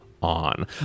on